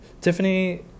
tiffany